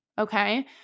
Okay